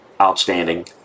outstanding